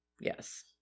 yes